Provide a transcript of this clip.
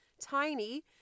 Tiny